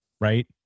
right